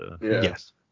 Yes